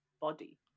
body